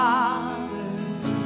Father's